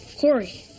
Corey